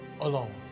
alone